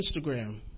Instagram